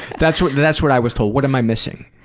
that's what that's what i was told. what am i missing?